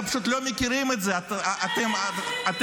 אתם פשוט לא מכירים את זה.